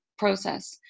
process